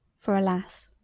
for alas!